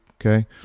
Okay